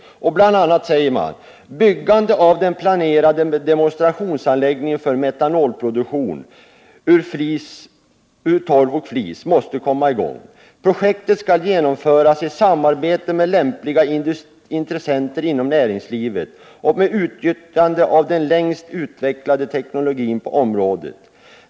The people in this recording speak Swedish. Bl. a. säger man där att den planerade demonstrationsanläggningen för metanolproduktion ur torv och flis måste byggas. Det heter vidare: ”Projektet skall genomföras i samarbete med lämpliga intressenter inom näringslivet och med utnyttjande av den längst utvecklade teknologin på området.